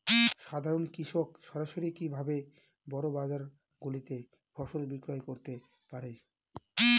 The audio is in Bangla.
সাধারন কৃষক সরাসরি কি ভাবে বড় বাজার গুলিতে ফসল বিক্রয় করতে পারে?